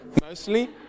mostly